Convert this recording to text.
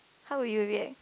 how would you react